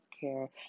care